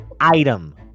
item